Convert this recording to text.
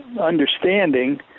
Understanding